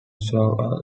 solve